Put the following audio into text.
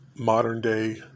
modern-day